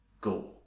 go